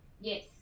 yes